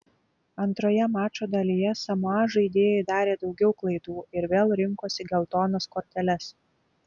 antroje mačo dalyje samoa žaidėjai darė daugiau klaidų ir vėl rinkosi geltonas korteles